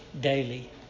daily